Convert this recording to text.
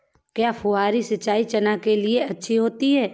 क्या फुहारी सिंचाई चना के लिए अच्छी होती है?